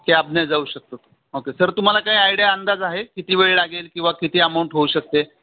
कॅबने जाऊ शकतो okay sir तुम्हाला काय आयडिया अंदाज आहे किती वेळ लागेल किंवा किती अमाऊंट होऊ शकते